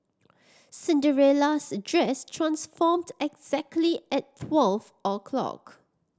Cinderella's dress transformed exactly at twelve o'clock